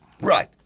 Right